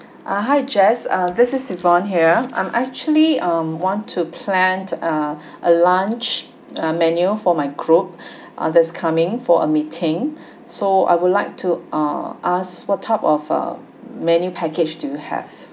ah hi jess uh this is yvonne here I'm actually um want to plan uh a lunch uh menu for my group on this coming for a meeting so I would like to uh ask what type of uh menu package do you have